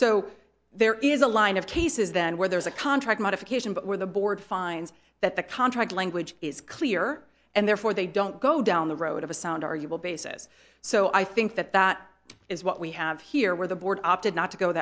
so there is a line of cases then where there is a contract modification but where the board finds that the contract language is clear and therefore they don't go down the road of a sound are you will basis so i think that that is what we have here where the board opted not to go